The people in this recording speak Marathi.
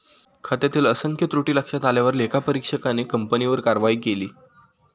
खात्यातील असंख्य त्रुटी लक्षात आल्यावर लेखापरीक्षकाने कंपनीवर कारवाई केली